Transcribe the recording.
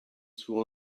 suo